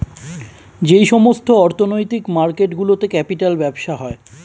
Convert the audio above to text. যেই সমস্ত অর্থনৈতিক মার্কেট গুলোতে ক্যাপিটাল ব্যবসা হয়